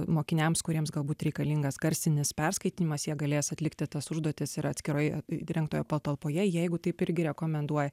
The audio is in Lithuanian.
mokiniams kuriems galbūt reikalingas garsinis perskaitymas jie galės atlikti tas užduotis ir atskiroj įrengtoje patalpoje jeigu taip irgi rekomenduoja